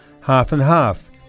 half-and-half